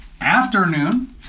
afternoon